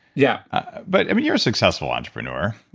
yeah but i mean, you're a successful entrepreneur.